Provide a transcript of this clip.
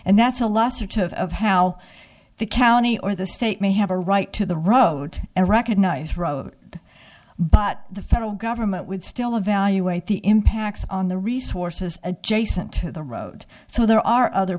to of how the county or the state may have a right to the road and recognize road but the federal government would still evaluate the impacts on the resources adjacent to the road so there are other